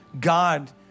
God